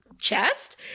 chest